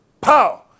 Pow